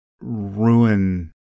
ruin